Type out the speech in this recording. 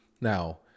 Now